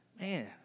Man